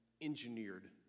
engineered